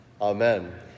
Amen